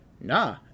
Nah